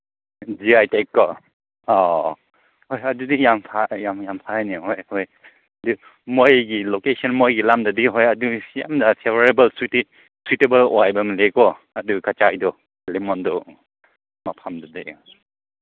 ꯌꯥꯏꯗꯦꯀꯣ ꯑꯧ ꯑꯧ ꯍꯣꯏ ꯍꯣꯏ ꯑꯗꯨꯗꯤ ꯌꯥꯝ ꯌꯥꯝ ꯌꯥꯝ ꯐꯩꯅꯦ ꯍꯣꯏ ꯍꯣꯏ ꯑꯗꯤ ꯃꯣꯏꯒꯤ ꯂꯣꯀꯦꯁꯟ ꯃꯣꯏꯒꯤ ꯂꯝꯗꯗꯤ ꯍꯣꯏ ꯑꯗꯨ ꯌꯥꯝ ꯐꯦꯕꯔꯦꯕꯜ ꯁꯨꯏꯇꯦꯕꯜ ꯑꯣꯏꯕ ꯑꯃ ꯂꯩꯀꯣ ꯑꯗꯨ ꯀꯆꯥꯏꯗꯣ ꯂꯦꯃꯣꯟꯗꯨ ꯃꯐꯝꯗꯨꯗ